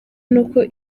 nuko